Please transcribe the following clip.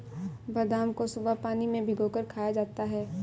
बादाम को सुबह पानी में भिगोकर खाया जाता है